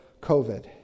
COVID